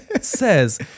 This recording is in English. says